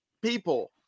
people